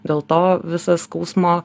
dėl to visas skausmo